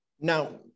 now